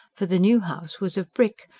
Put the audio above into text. for the new house was of brick,